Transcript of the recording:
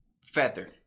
feather